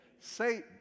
Satan